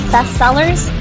Bestsellers